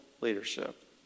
leadership